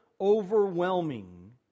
overwhelming